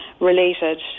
related